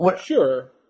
Sure